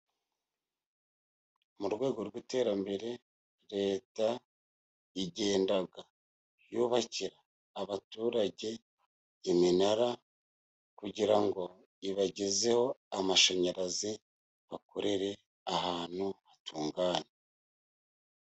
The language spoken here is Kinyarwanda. Mu rwego rw'iterambere ,Leta igenda yubakira abaturage iminara, kugira ngo ibagezeho amashanyarazi bakorere ahantu hatunganye.